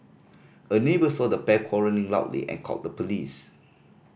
a neighbour saw the pair quarrelling loudly and called the police